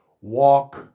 walk